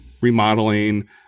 Remodeling